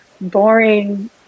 boring